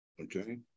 Okay